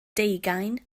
deugain